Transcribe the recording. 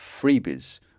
freebies